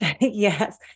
Yes